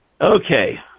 Okay